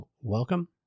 Welcome